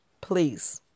please